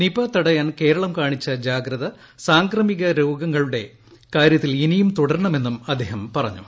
Nipah തടയാൻ കേരളം കാണിച്ച ജാഗ്രത സാംക്രമിക രോഗങ്ങളുടെ കാര്യത്തിൽ ഇനിയും തുടരണമെന്നും അദ്ദേഹം പറഞ്ഞു